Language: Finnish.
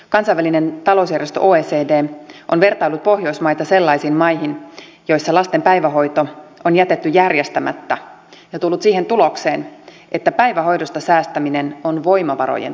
kansainvälinen talousjärjestö oecd on vertaillut pohjoismaita sellaisiin maihin joissa lasten päivähoito on jätetty järjestämättä ja tullut siihen tulokseen että päivähoidosta säästäminen on voimavarojen tuhlaamista